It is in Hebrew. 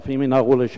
אלפים ינהרו לשם.